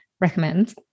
recommend